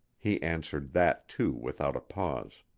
he answered that, too, without a pause.